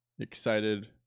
excited